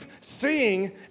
seeing